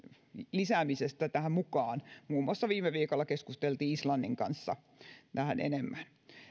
lisäämisestä tähän mukaan muun muassa viime viikolla keskusteltiin islannin kanssa vähän enemmän